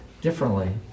differently